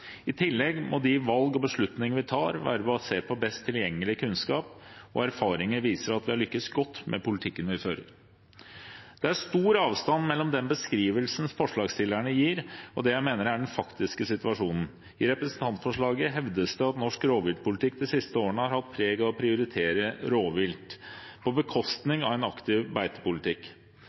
i tid og rom. I tillegg må de valg og beslutninger vi tar, være basert på best tilgjengelig kunnskap. Og erfaringer viser at vi har lykkes godt med politikken vi fører. Det er stor avstand mellom den beskrivelsen forslagsstillerne gir, og det jeg mener er den faktiske situasjonen. I representantforslaget hevdes det at norsk rovviltpolitikk de siste årene har båret preg av å prioritere rovvilt, på bekostning av en aktiv beitepolitikk.